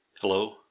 Hello